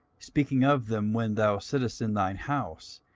speaking of them when thou sittest in thine house,